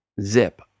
zip